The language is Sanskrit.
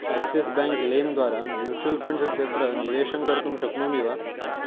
आक्सिस् बेङ्क् लेम् द्वारा म्यूचुवल् फ़ण्ड्स् इत्यत्र निवेशं कर्तुं शक्नोमि वा